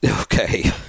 Okay